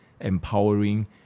empowering